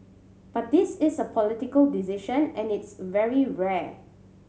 but this is a political decision and it's very rare